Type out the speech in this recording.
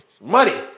Money